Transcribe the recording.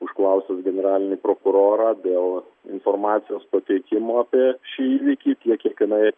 užklausus generalinį prokurorą dėl informacijos pateikimo apie šį įvykį tiek kiek jinai